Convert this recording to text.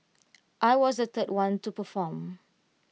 I was the third one to perform